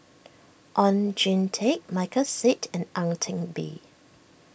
Oon Jin Teik Michael Seet and Ang Teck Bee